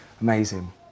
amazing